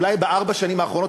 אולי בארבע השנים האחרונות,